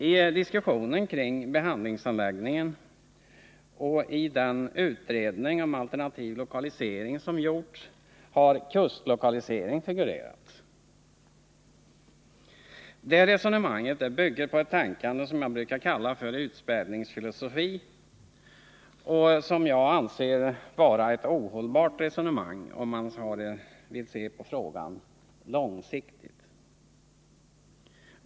I diskussionen kring behandlingsanläggningen och i den utredning om alternativ lokalisering som gjorts har kustlokalisering figurerat. Det resonemanget bygger på ett tänkande som jag brukar kalla för utspädningsfilosofi, och jag anser resonemanget vara ohållbart, om man vill se på frågan långsiktigt.